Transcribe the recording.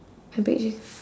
I bet it's just